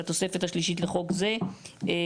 בתוספת השלישית לחוק זה.".